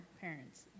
parents